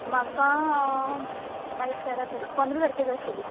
म्हाका आयज तेरा तारीख पंदरा तारखेर जाय आशिल्ली